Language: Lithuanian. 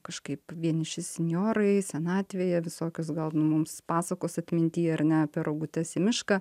kažkaip vieniši sinjorai senatvėje visokios gal mums pasakos atmintyje ar ne apie rogutes į mišką